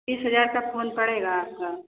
तीस हजार का फोन पड़ेगा आपका